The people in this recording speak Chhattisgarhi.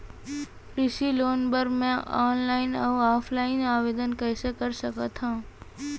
कृषि लोन बर मैं ऑनलाइन अऊ ऑफलाइन आवेदन कइसे कर सकथव?